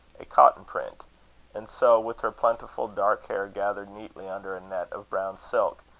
a cotton print and so, with her plentiful dark hair gathered neatly under a net of brown silk,